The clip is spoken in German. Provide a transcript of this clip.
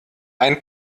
ein